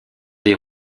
des